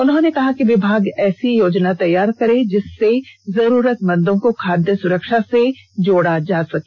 उन्होंने कहा कि विभाग ऐसी योजना तैयार करे जिससे जरूरतमंदों को खाद्य सुरक्षा से जोड़ा जा सके